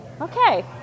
Okay